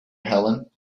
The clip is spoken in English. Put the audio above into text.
helene